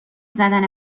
زدن